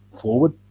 forward